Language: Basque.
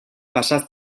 pasa